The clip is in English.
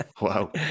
Wow